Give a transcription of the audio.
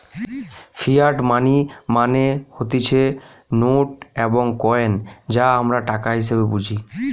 fiat money মানে হতিছে note এবং কইন যা আমরা টাকা হিসেবে বুঝি